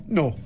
no